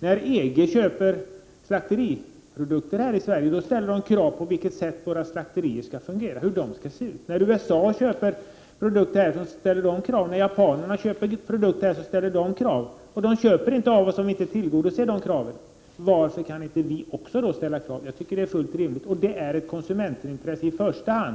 För att EG skall köpa slakteriprodukter i Sverige, ställer man krav på att våra slakterier skall fungera och se ut på ett visst sätt. På samma sätt ställer USA och Japan vissa krav för att köpa produkter i Sverige. De köper inte av oss om vi inte uppfyller de kraven. Varför kan då inte vi också ställa krav? Jag tycker att detta är fullt rimligt. Det är i första hand ett konsumentintresse,